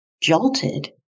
Jolted